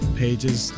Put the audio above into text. pages